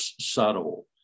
subtle